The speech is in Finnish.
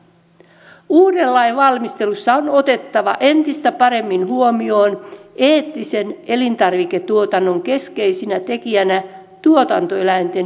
uuden lain valmistelussa on otettava entistä paremmin huomioon eettisen elintarviketuotannon keskeisenä tekijänä tuotantoeläinten hyvinvointi